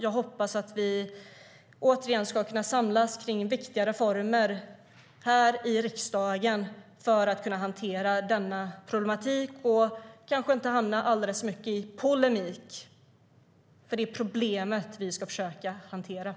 Jag hoppas att vi ska kunna samlas kring viktiga reformer här i riksdagen för att kunna hantera denna problematik och kanske inte så mycket hamna i polemik, för det är problemet vi ska försöka hantera.